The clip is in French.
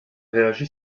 réagi